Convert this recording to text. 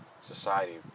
society